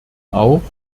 auch